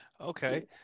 Okay